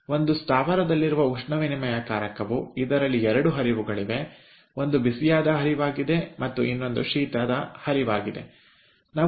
ಇದು ಒಂದು ಸ್ಥಾವರದಲ್ಲಿರುವ ಉಷ್ಣವಿನಿಮಯಕಾರಕ ಆಗಿದೆ ಇದರಲ್ಲಿ ಎರಡು ಹರಿವುಗಳಿವೆ ಒಂದು ಬಿಸಿಯಾದ ಹರಿವು ಆಗಿದೆ ಮತ್ತು ಇನ್ನೊಂದು ಶೀತದ ಹರಿವು ಆಗಿದೆ